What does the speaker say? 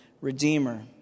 redeemer